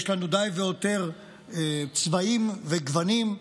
יש לנו די והותר צבעים וגוונים,